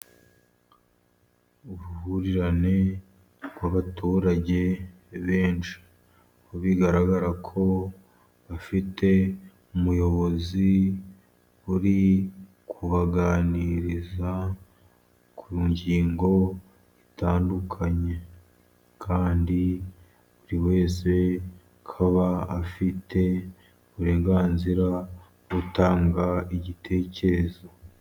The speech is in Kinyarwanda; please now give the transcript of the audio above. Uruhurirane rw'abaturage benshi, ku bigaragara ko bafite umuyobozi uri kubaganiriza ku ngingo zitandukanye. Kandi buri wese ukaba afite uburenganzira bwo gutanga igitekerezo.